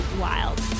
Wild